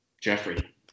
Jeffrey